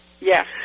Yes